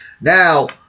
Now